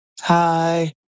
Hi